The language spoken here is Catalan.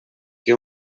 que